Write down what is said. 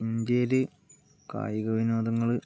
ഇന്ത്യയില് കായികവിനോദങ്ങള്